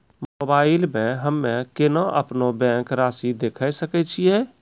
Mobile मे हम्मय केना अपनो बैंक रासि देखय सकय छियै?